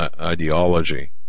ideology